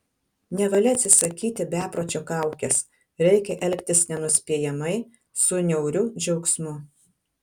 nevalia atsisakyti bepročio kaukės reikia elgtis nenuspėjamai su niauriu džiaugsmu